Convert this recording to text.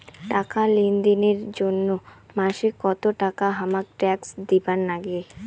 টাকা লেনদেন এর জইন্যে মাসে কত টাকা হামাক ট্যাক্স দিবার নাগে?